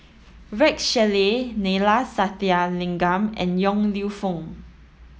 Rex Shelley Neila Sathyalingam and Yong Lew Foong